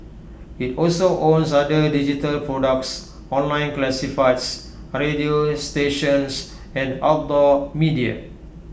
IT also owns other digital products online classifieds radio stations and outdoor media